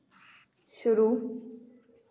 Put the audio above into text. शुरू